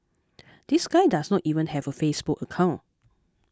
this guy does not even have a Facebook account